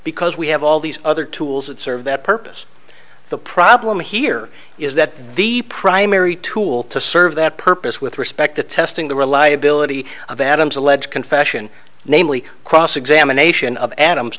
because we have all these other tools that serve that purpose the problem here is that the primary tool to serve that purpose with respect to testing the reliability of adam's alleged confession namely cross examination of adams